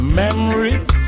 memories